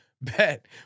Bet